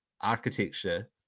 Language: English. architecture